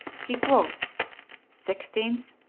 he quotes sixteenth,